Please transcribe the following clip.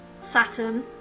Saturn